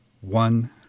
one